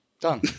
Done